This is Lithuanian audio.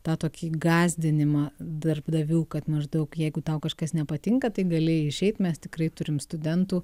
tą tokį gąsdinimą darbdavių kad maždaug jeigu tau kažkas nepatinka tai gali išeit mes tikrai turime studentų